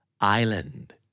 island